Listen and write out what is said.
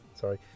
Sorry